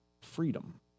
freedom